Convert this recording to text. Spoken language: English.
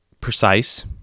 precise